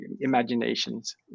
imaginations